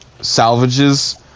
salvages